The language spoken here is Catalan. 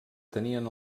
tenien